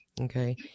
Okay